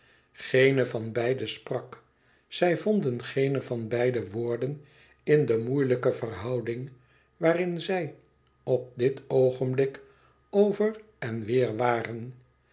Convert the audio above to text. geene van beide sprak zij vonden geene van beide woorden in de moeilijke verhouding waarin zij op dit oogenblik over en weêr waren